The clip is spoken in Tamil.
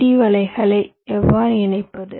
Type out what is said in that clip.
டி வலைகளை எவ்வாறு இணைப்பது